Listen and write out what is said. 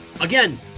Again